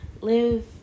live